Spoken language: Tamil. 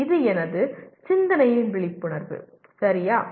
இது எனது சிந்தனையின் விழிப்புணர்வு சரியா